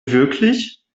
wirklich